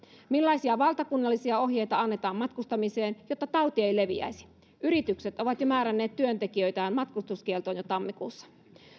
millaisia valtakunnallisia ohjeita annetaan matkustamiseen jotta tauti ei leviäisi yritykset ovat määränneet työntekijöitään matkustuskieltoon jo tammikuussa